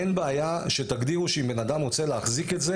אין בעיה שתגדירו שאם בן אדם רוצה להחזיק את זה